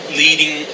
leading